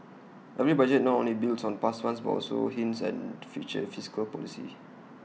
every budget not only builds on past ones but also hints at future fiscal policy